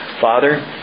Father